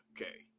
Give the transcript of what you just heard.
okay